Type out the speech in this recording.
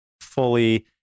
fully